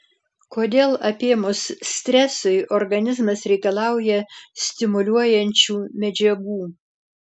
kodėl apėmus stresui organizmas reikalauja stimuliuojančių medžiagų